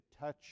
touch